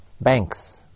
banks